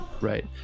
right